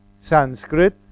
Sanskrit